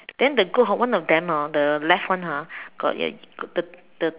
then the goat hor one of them hor the left one ah got the the